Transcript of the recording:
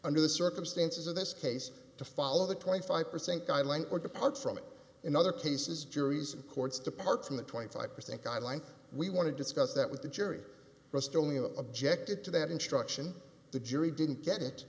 under the circumstances of this case to follow the twenty five percent guy language apart from it in other cases juries and courts depart from the twenty five percent guideline we want to discuss that with the jury was still only a objected to that instruction the jury didn't get it